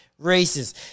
racists